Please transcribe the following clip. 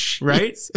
Right